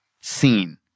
seen